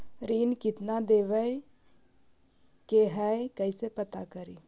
ऋण कितना देवे के है कैसे पता करी?